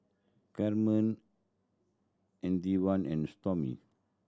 Kamron Antwain and Stormy